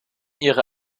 ihre